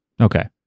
okay